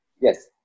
Yes